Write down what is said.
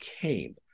came